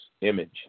image